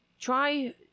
Try